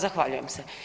Zahvaljujem.